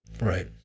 Right